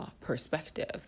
perspective